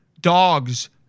dogs